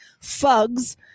Fugs